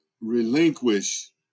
relinquish